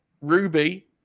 Ruby